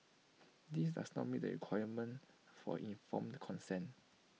this does not meet the requirement for informed consent